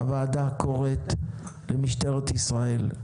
הוועדה קוראת למשטרת ישראל,